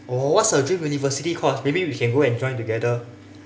oh what's her dream university course maybe we can go and join together